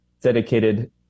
dedicated